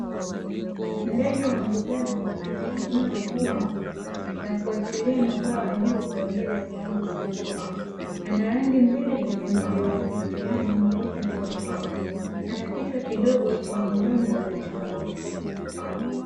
Ndege wa mbugani amenyanyua mguu mmoja na kuachilia mabawa juu kwa ajili ya kuanza safari, ana rangi mbili kwenye mwili wake yani nyeupe na nyeusi ana kichwa kidogo chenye mdomo uliochongoka.